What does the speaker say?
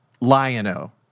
Lion-O